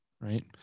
right